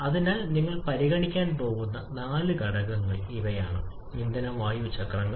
അതിനാൽ നിങ്ങൾ പരിഗണിക്കാൻ പോകുന്ന നാല് ഘടകങ്ങൾ ഇവയാണ് ഇന്ധന വായു ചക്രങ്ങൾ